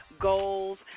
goals